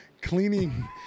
cleaning